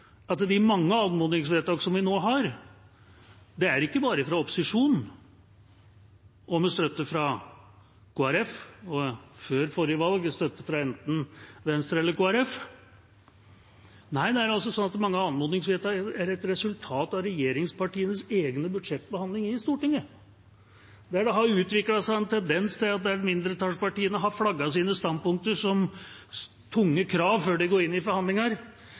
at de mange anmodningsvedtakene som vi nå har, ikke bare er fra opposisjonen og med støtte fra Kristelig Folkeparti og før forrige valg med støtte fra enten Venstre eller Kristelig Folkeparti. Nei, mange anmodningsvedtak er et resultat av regjeringspartienes egen budsjettbehandling i Stortinget, der det har utviklet seg en tendens til at der mindretallspartiene har flagget sine standpunkter som tunge krav før de går inn i forhandlinger,